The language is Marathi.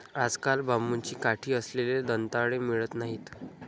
आजकाल बांबूची काठी असलेले दंताळे मिळत नाहीत